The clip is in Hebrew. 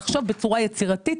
לחשוב בצורה יצירתית,